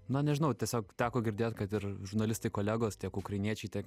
na nežinau tiesiog teko girdėt kad ir žurnalistai kolegos tiek ukrainiečiai tiek